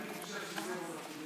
אני חושב שזה, אני